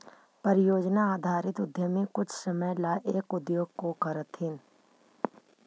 परियोजना आधारित उद्यमी कुछ समय ला एक उद्योग को करथीन